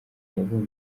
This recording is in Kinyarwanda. yabonye